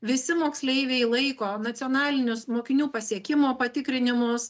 visi moksleiviai laiko nacionalinius mokinių pasiekimų patikrinimus